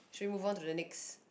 should we move on to the next